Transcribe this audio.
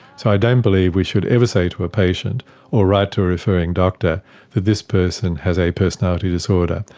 so i don't believe we should ever say to a patient or write to a referring doctor that this person has a personality disorder.